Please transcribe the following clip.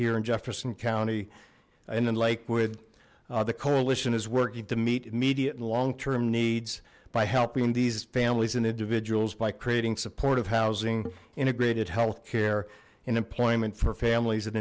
here in jefferson county and in lakewood the coalition is working to meet immediate and long term needs by helping these families and individuals by creating supportive housing integrated health care and employment for families